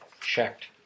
checked